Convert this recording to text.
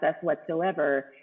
whatsoever